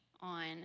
on